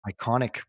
iconic